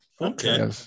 Okay